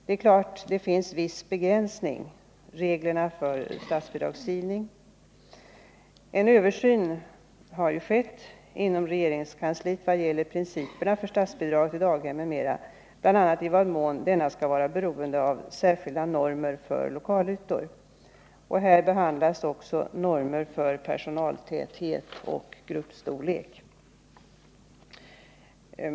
Det är klart att det finns viss begränsning i reglerna för statsbidragsgivning, men det har skett en översyn inom regeringskansliet vad gäller principerna för statsbidrag till daghem m.m., bl.a. i vad mån dessa skall vara beroende av särskilda normer för lokalytor. Här behandlas också normer för personaltäthet och gruppstorlek.